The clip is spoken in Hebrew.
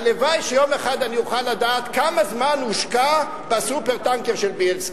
הלוואי שיום אחד אני אוכל לדעת כמה זמן הושקע ב"סופר-טנקר" של בילסקי.